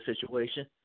situation